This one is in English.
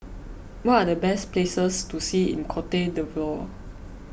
what are the best places to see in Cote D'Ivoire